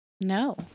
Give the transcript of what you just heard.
No